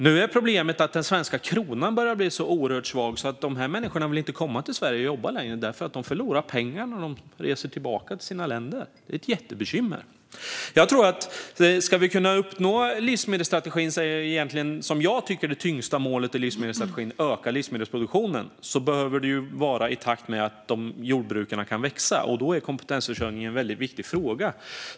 Nu är problemet att den svenska kronan börjar bli så oerhört svag att dessa människor inte längre vill komma till Sverige och jobba, för de förlorar pengar när de reser tillbaka till sina länder. Det är ett jättebekymmer. Jag tycker att det tyngsta målet i livsmedelsstrategin handlar om att öka livsmedelsproduktionen. Den behöver ju vara i takt med att jordbrukarna kan växa, och då är kompetensförsörjningen en väldigt viktig fråga.